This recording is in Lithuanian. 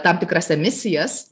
tam tikras emisijas